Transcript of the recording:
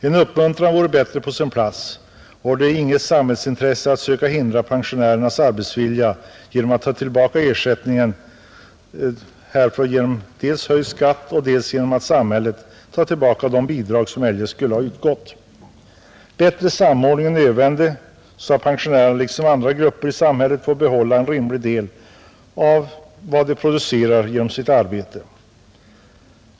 En up muntran vore bättre på sin plats, Det är inte något samhällsintresse att förlama pensionärernas arbetsvilja genom att ta tillbaka ersättningen för arbetet, dels genom höjd skatt, dels genom att samhället drar in de bidrag som eljest skulle ha utgått. En bättre samordning är nödvändig, så att pensionärerna liksom andra grupper i samhället får behålla en rimlig del av vad de producerar genom sitt arbete.